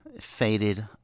faded